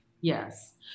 Yes